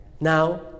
Now